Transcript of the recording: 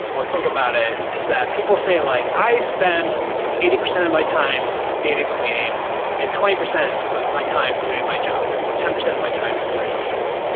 or think about it is that people say like, i spend eighty percent of my time data cleaning and twenty percent of my time doing my job, or ten percent of my time doing my job.